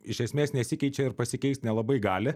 iš esmės nesikeičia ir pasikeist nelabai gali